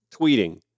tweeting